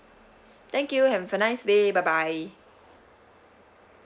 thank you have a nice day bye bye